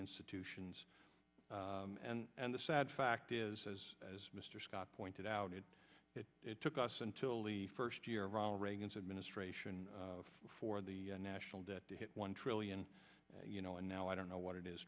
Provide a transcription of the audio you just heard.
institutions and the sad fact is as as mr scott pointed out it took us until the first year ronald reagan's administration for the national debt to hit one trillion you know and now i don't know what it is